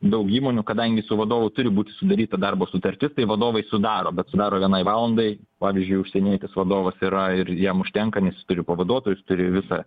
daug įmonių kadangi su vadovu turi būti sudaryta darbo sutartis tai vadovai sudaro bet sudaro vienai valandai pavyzdžiui užsienietis vadovas yra ir jam užtenka nes jis turi pavaduotojus turi visą